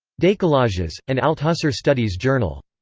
decalages an althusser studies journal